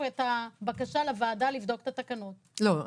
את הבקשה לוועדה לבדוק את התקנות --- לא,